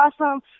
awesome